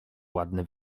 ładne